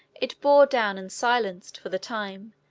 it bore down and silenced, for the time,